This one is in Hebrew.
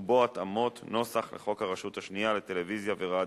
ובו התאמות נוסח לחוק הרשות השנייה לטלוויזיה ורדיו,